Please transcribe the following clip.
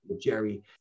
Jerry